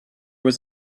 was